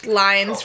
lines